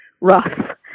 rough